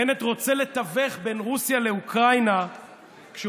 בנט רוצה לתווך בין רוסיה לאוקראינה כשהוא